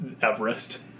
Everest